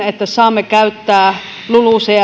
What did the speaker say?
että saamme käyttää lulucf